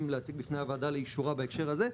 להציג בפני הוועדה לאישורה בהקשר הזה,